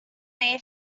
they